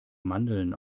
mandeln